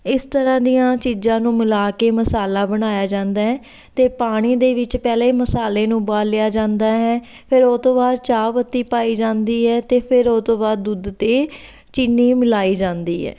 ਇਸ ਤਰ੍ਹਾਂ ਦੀਆਂ ਚੀਜ਼ਾਂ ਨੂੰ ਮਿਲਾ ਕੇ ਮਸਾਲਾ ਬਣਾਇਆ ਜਾਂਦਾ ਹੈ ਅਤੇ ਪਾਣੀ ਦੇ ਵਿੱਚ ਪਹਿਲੇ ਮਸਾਲੇ ਨੂੰ ਉਬਾਲਿਆ ਜਾਂਦਾ ਹੈ ਫਿਰ ਉਹ ਤੋਂ ਬਾਅਦ ਚਾਹ ਪੱਤੀ ਪਾਈ ਜਾਂਦੀ ਹੈ ਅਤੇ ਫਿਰ ਉਹ ਤੋਂ ਬਾਅਦ ਦੁੱਧ ਅਤੇ ਚੀਨੀ ਮਿਲਾਈ ਜਾਂਦੀ ਹੈ